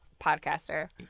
podcaster